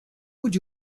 would